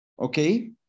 Okay